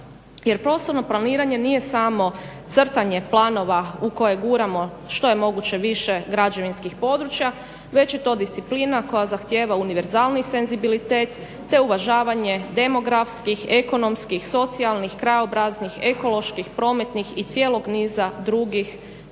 prostorno planiranje nije samo crtanje planova u koje guramo što je moguće više građevinskih područja već je to disciplina koja zahtijeva univerzalniji senzibilitet te uvažavanje demografskih, ekonomskih, socijalnih, krajobraznih, ekoloških, prometnih i cijelog niza drugih posebnih